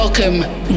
Welcome